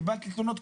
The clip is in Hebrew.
קיבלתי תלונות,